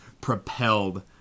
propelled